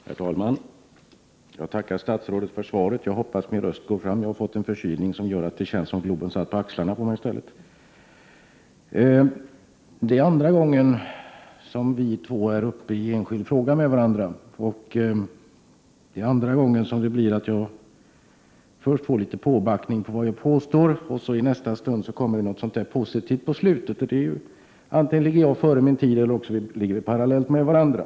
Herr talman! Jag tackar statsrådet för svaret. Jag hoppas att min röst når fram. Jag har fått en förkylning som gör att det känns som om Globen satt på mina axlar. Det är andra gången som civilministern och jag debatterar i en enskild fråga. Och det är andra gången som jag först blir rättad när det gäller det som jag påstår, men i nästa stund kommer civilministern med något positivt i slutet av sitt svar. Antingen ligger jag före min tid, eller så befinner jag mig parallellt med utvecklingen.